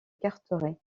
carteret